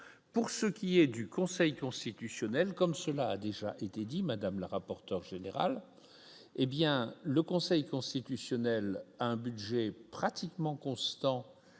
pour ce qui est du Conseil constitutionnel. Comme cela a déjà été dit Madame la rapporteur général, hé bien, le Conseil constitutionnel, un budget pratiquement constant.